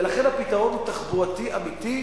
ולכן, הפתרון הוא תחבורתי אמיתי.